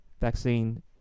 vaccine